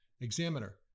examiner